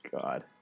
God